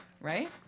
right